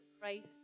Christ